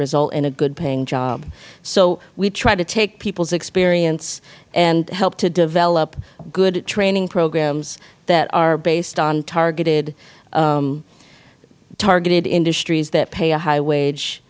result in a good paying job so we try to take people's experience and help to develop good training programs that are based on targeted industries that pay a high wage